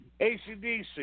ACDC